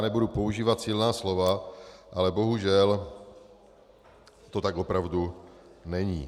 Nebudu používat silná slova, ale bohužel to tak opravdu není.